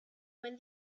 when